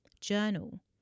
journal